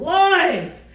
life